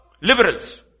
Liberals